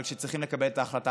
אבל כשצריכים לקבל את ההחלטה